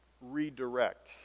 redirect